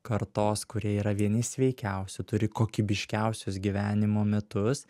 kartos kurie yra vieni sveikiausių turi kokybiškiausius gyvenimo metus